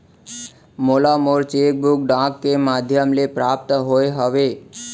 मोला मोर cheque book डाक के मध्याम ले प्राप्त होय हवे